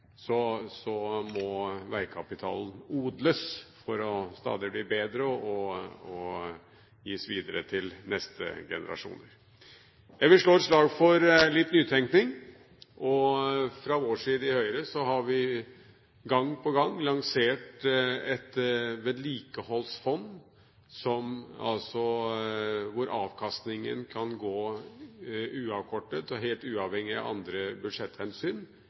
må odles for stadig å bli bedre og gis videre til neste generasjoner. Jeg vil slå et slag for litt nytenkning. Fra Høyres side har vi gang på gang lansert et vedlikeholdsfond hvor avkastningen kan gå uavkortet – og helt uavhengig av andre budsjetthensyn